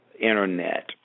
internet